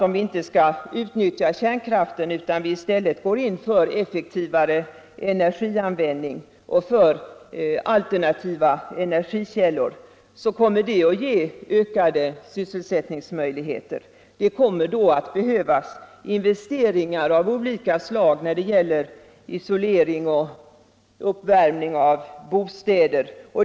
Om vi inte skall utnyttja kärnkraften utan i stället går in för effektivare energianvändning och för alternativa energikällor kommer det att öka sysselsättningen. Det kommer då att behövas investeringar av olika slag när det gäller isolering och uppvärmning av bostäder.